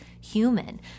human